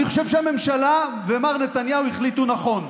אני חושב שהממשלה ומר נתניהו החליטו נכון,